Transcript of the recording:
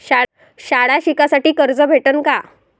शाळा शिकासाठी कर्ज भेटन का?